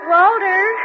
Walter